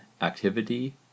activity